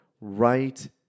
right